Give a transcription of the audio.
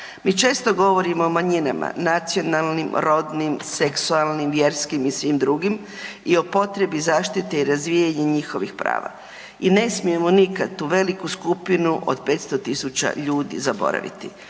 Mi često govorimo o manjinama, nacionalnim, rodnim, seksualnim, vjerskim i svim i drugim i o potrebi zaštite i razvijanja njihovih prava. I ne smijemo nikad tu veliku skupinu od 500 000 ljudi zaboraviti.